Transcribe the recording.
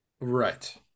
Right